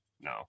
no